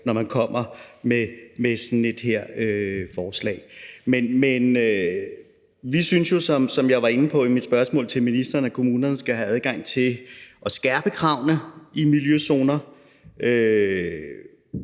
når man kommer med sådan et forslag her. Men vi synes, som jeg var inde på i mit spørgsmål til ministeren, at kommunerne skal have adgang til at skærpe kravene i miljøzoner.